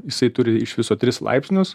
jisai turi iš viso tris laipsnius